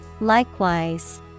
Likewise